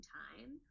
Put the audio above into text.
time